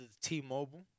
T-Mobile